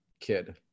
Kid